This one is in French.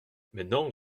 maintenant